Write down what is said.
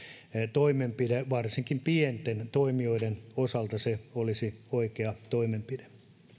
toimenpide varsinkin pienten toimijoiden osalta se olisi oikea toimenpide